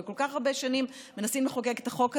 כל כך הרבה שנים מנסים לחוקק את החוק הזה,